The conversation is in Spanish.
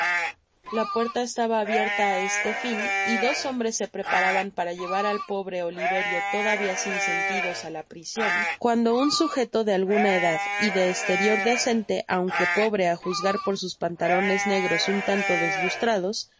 la puerta estaba abierta á este fin y dos hombres se preparaban para llevar al pobre oliverio todavia sin sentidos á la prision cuando un sujeto de alguna edad y de esterior decente aun que pobre á juzgar por sus pantalones negros un tanto deslustrados